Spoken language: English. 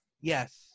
yes